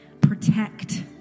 protect